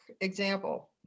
example